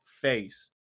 face